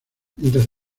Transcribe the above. mientras